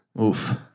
Oof